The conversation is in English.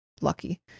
lucky